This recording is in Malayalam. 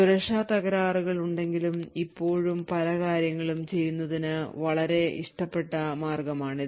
സുരക്ഷാ തകരാറുകൾ ഉണ്ടെങ്കിലും ഇപ്പോഴും പല കാര്യങ്ങളും ചെയ്യുന്നതിന് വളരെ ഇഷ്ടപ്പെട്ട മാർഗമാണിത്